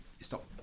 stop